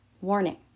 warning